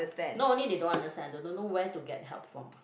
not only they don't understand they don't know where to get help from